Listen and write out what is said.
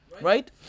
right